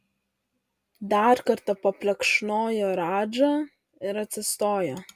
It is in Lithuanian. dar kartą paplekšnojo radžą ir atsistojo